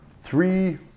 three